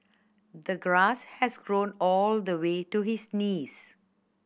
the grass has grown all the way to his knees